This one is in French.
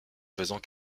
faisant